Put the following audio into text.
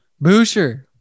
Boucher